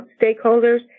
stakeholders